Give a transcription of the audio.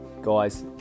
Guys